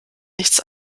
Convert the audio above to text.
nichts